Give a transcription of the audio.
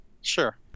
sure